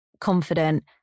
confident